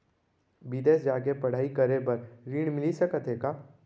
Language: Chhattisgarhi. बिदेस जाके पढ़ई करे बर ऋण मिलिस सकत हे का?